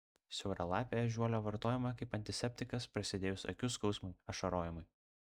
siauralapė ežiuolė vartojama kaip antiseptikas prasidėjus akių skausmui ašarojimui